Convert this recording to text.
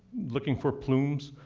looking for plumes,